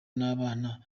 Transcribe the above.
n’abana